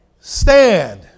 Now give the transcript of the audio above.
stand